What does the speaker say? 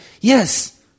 yes